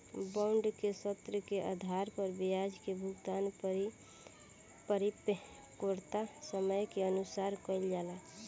bond के शर्त के आधार पर ब्याज के भुगतान परिपक्वता समय के अनुसार कईल जाला